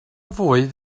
fwyd